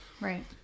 Right